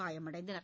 காயமடைந்தனர்